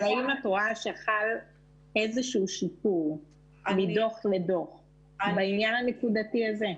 אבל האם את רואה שחל איזשהו שיפור מדוח לדוח בעניין הנקודתי הזה?